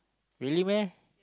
really meh